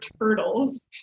turtles